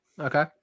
Okay